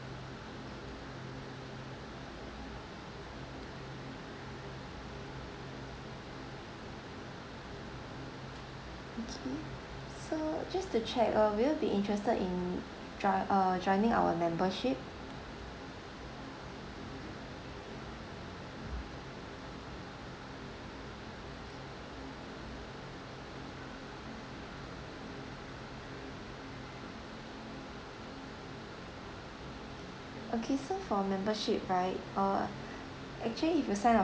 okay so just to check uh will you be interested in join uh joining our membership okay so for membership right uh actually if you sign